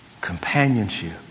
Companionship